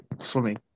swimming